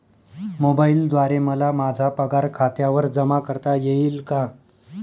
मोबाईलद्वारे मला माझा पगार खात्यावर जमा करता येईल का?